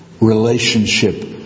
relationship